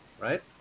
right